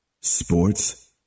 Sports